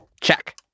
Check